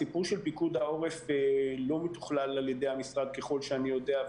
הסיפור של פיקוד העורף לא מתוכלל על ידי המשרד ככל שאני יודע,